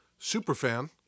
superfan